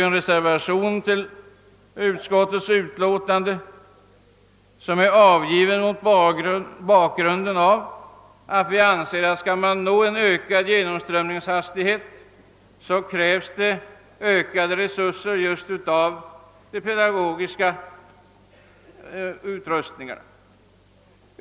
Den reservationen har avgivits mot bakgrunden av uppfattningen att om en ökad genomströmningshastighet skall uppnås krävs ökade insåtser just i dessa fall.